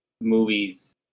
movies